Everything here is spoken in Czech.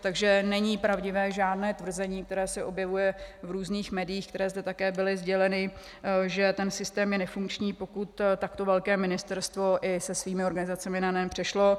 Takže není pravdivé žádné tvrzení, které se objevuje v různých médiích, které zde také bylo sděleno, že ten systém je nefunkční, pokud takto velké Ministerstvo i se svými organizacemi na NEN přešlo.